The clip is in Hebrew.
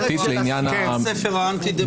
הספר האנטי דמוקרטי.